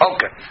Okay